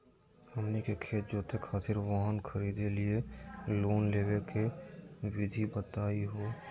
हमनी के खेत जोते खातीर वाहन खरीदे लिये लोन लेवे के विधि बताही हो?